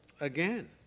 Again